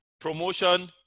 promotion